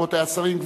רבותי השרים,